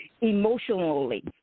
emotionally